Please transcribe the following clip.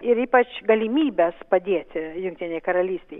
ir ypač galimybes padėti jungtinei karalystei